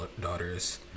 daughters